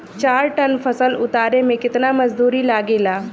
चार टन फसल उतारे में कितना मजदूरी लागेला?